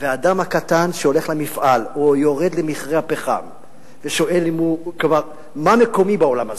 האדם הקטן שהולך למפעל או יורד למכרה הפחם שואל: מה מקומי בעולם הזה?